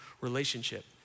relationship